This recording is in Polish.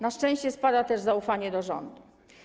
Na szczęście spada też zaufanie do rządu.